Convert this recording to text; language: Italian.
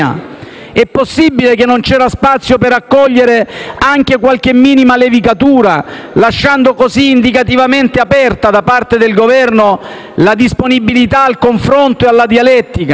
È possibile che non c'era spazio per accogliere anche qualche minima levigatura, lasciando così indicativamente aperta da parte del Governo la disponibilità al confronto e alla dialettica?